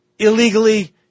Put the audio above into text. illegally